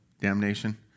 damnation